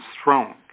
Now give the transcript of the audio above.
strong